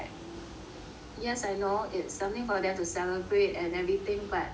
yes I know it's something for them to celebrate and everything but